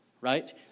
Right